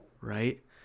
right